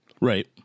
right